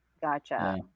Gotcha